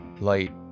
light